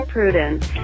Prudence